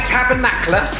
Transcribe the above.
Tabernacle